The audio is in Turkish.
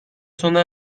sona